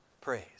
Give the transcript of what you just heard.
praise